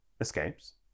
Escapes